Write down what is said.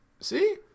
see